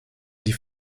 die